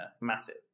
massive